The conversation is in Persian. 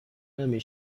نمی